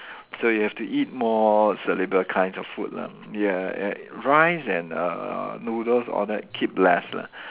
so you have to eat more soluble kinds of food lah ya ya rice and uh uh noodles all that keep less lah